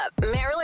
Marilyn